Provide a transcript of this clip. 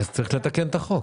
צריך לתקן את החוק.